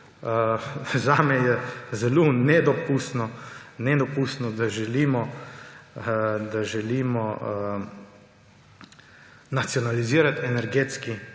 Zame je zelo nedopustno, da želimo nacionalizirati energetski